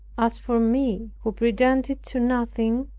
as for me who pretended to nothing,